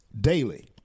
daily